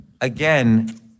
again